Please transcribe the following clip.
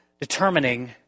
determining